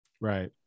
Right